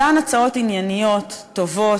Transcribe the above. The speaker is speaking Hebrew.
כולן הצעות ענייניות, טובות.